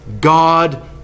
God